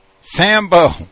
Sambo